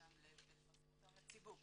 לפרסם אותם לציבור